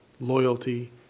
loyalty